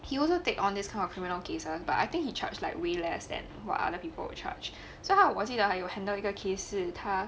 he also take on this kind of criminal cases but I think he charged like way less than what other people would charge so how 我记得他还有 handle 一个 case 是他